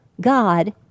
God